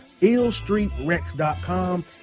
illstreetrex.com